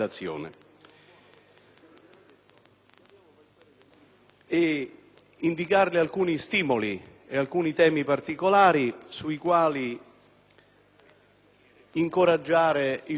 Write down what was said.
inoltre alcuni stimoli e temi particolari su cui incoraggiare il suo percorso riformatore.